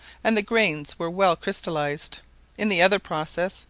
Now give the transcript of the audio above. and the grains were well crystallised in the other process,